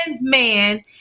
man